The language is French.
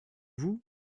vous